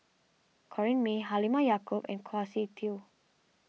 Corrinne May Halimah Yacob and Kwa Siew Tee